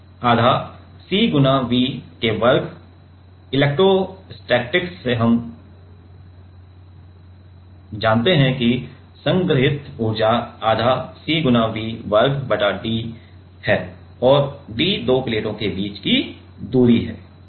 यह आधा CV वर्ग इलेक्ट्रोस्टैटिक्स से हम जानते हैं कि संग्रहीत ऊर्जा आधा CV वर्ग बटा d है और d दो प्लेटों के बीच की दूरी है